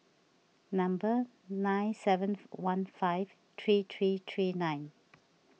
number nine seven one five three three three nine